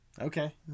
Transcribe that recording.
Okay